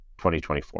2024